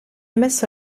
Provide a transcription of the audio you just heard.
messo